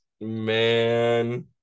Man